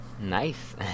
Nice